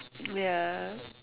ya